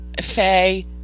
Faye